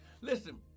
listen